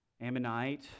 Ammonite